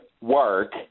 work